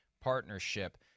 partnership